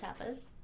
Tapas